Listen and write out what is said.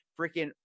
Freaking